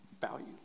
value